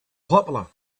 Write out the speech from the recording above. popular